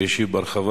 והשיב בהרחבה,